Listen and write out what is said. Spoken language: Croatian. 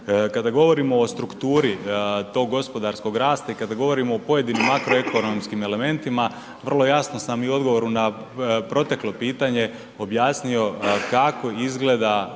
Kada govorimo o strukturi tog gospodarskog rasta i kada govorimo o pojedinim makroekonomskim elementima, vrlo jasno sam i u odgovoru na proteklo pitanje objasnio kako izgleda